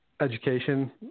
Education